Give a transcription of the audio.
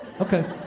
Okay